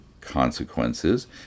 consequences